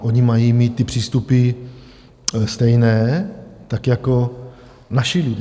Oni mají mít ty přístupy stejné tak jako naši lidé.